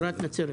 עברה את נצרת,